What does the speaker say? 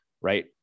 Right